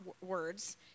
words